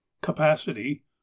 capacity